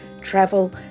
travel